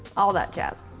all that jazz.